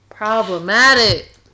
problematic